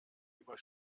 über